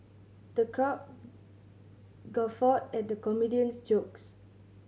the crowd guffawed at the comedia's jokes